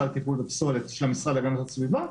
לטיפול בפסולת של המשרד להגנת הסביבה.